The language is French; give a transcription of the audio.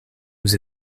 vous